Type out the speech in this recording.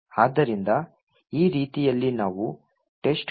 ಆದ್ದರಿಂದ ಈ ರೀತಿಯಲ್ಲಿ ನಾವು testcode